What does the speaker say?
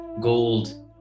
gold